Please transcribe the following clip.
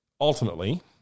Ultimately